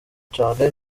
cyane